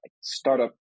startup